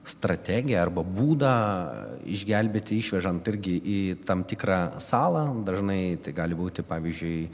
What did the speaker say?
strategiją arba būdą išgelbėti išvežant irgi į tam tikrą salą dažnai tai gali būti pavyzdžiui